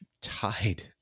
tied